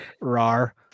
Rar